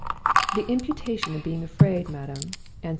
the imputation of being afraid, madam,